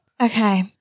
Okay